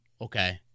okay